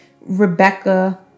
Rebecca